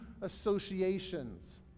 associations